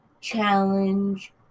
challenge